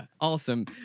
Awesome